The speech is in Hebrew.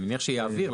אני מניח שהוא יעביר.